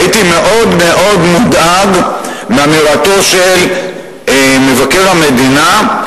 והייתי מאוד מאוד מודאג מאמירתו של מבקר המדינה,